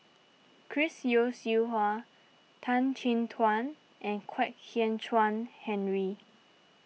Chris Yeo Siew Hua Tan Chin Tuan and Kwek Hian Chuan Henry